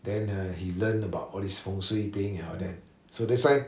then err he learnt about all these fengshui thing and all that so that's why